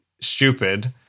stupid